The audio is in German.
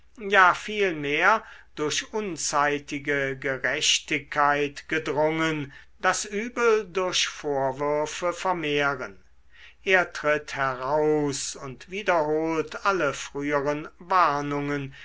ja vielmehr durch unzeitige gerechtigkeit gedrungen das übel durch vorwürfe vermehren er tritt heraus und wiederholt alle früheren warnungen